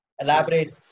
elaborate